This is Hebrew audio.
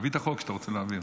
שאתה רוצה להעביר.